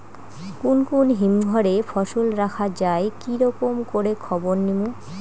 কুন কুন হিমঘর এ ফসল রাখা যায় কি রকম করে খবর নিমু?